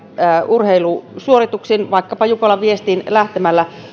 urheilusuorituksiin vaikkapa jukolan viestiin lähtemällä